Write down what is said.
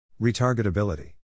Retargetability